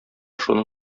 шуның